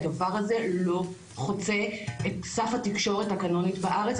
הדבר הזה לא חוצה את סף התקשורת הקנונית בארץ,